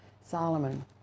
Solomon